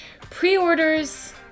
pre-orders